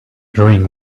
during